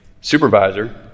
supervisor